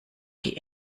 die